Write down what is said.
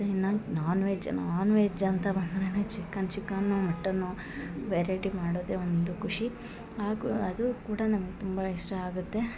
ಇನ್ನ non veg non veg ಅಂತ ಬಂದ್ರನೇ ಚಿಕನ್ ಚಿಕನ್ನೂ ಮಟನ್ನೂ ವೆರೈಟಿ ಮಾಡೋದೆ ಒಂದು ಖುಷಿ ಆಗು ಅದು ಕೂಡ ನಮ್ಗ ತುಂಬ ಇಷ್ಟ ಆಗುತ್ತೆ